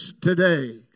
today